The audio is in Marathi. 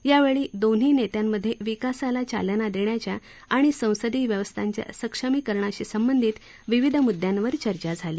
यावेळी दोन्ही नेत्यांमध्ये विकासाला चालना देण्याच्या आणि संसदीय व्यवस्थांच्या सक्षमीकरणाशी संबंधित विविध मुदयांवर चर्चा झाली